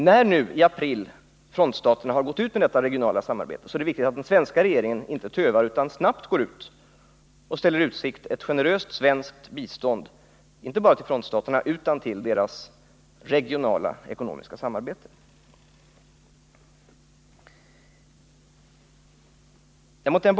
Men som jag framhöll under biståndsdebatten i april är det viktigt att vi också ger ett generöst svenskt bistånd till frontstaternas regionala samarbetsprojekt.